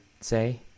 say